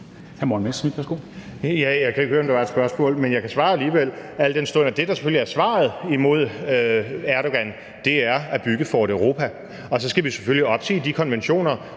Jeg kunne ikke høre, om der var et spørgsmål, men jeg kan svare alligevel, al den stund at det, der selvfølgelig er svaret imod Erdogan, er at bygge Fort Europa, og så skal vi selvfølgelig opsige de konventioner,